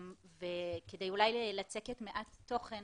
ואולי לצקת מעט תוכן